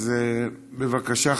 אז בבקשה,